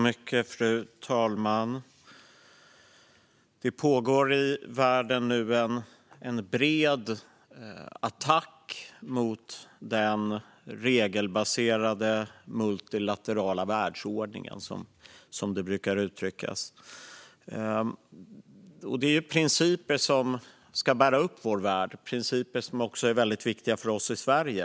Fru talman! I världen pågår nu en bred attack mot den regelbaserade multilaterala världsordningen, som det brukar uttryckas. Det är principer som ska bära upp vår värld. Det är principer som också är väldigt viktiga för oss i Sverige.